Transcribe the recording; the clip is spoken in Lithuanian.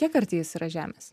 kiek arti jis yra žemės